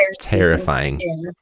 terrifying